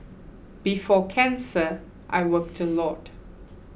before cancer I worked a lot